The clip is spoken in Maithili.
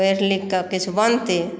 पढ़ि लिख के किछु बनतै